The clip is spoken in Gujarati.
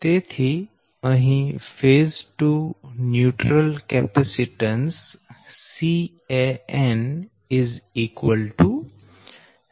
તેથી અહી phase two neutral capacitance Can0